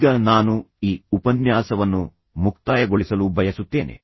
ಈಗ ನಾನು ಈ ಉಪನ್ಯಾಸವನ್ನು ಮುಕ್ತಾಯಗೊಳಿಸಲು ಬಯಸುತ್ತೇನೆ